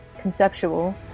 conceptual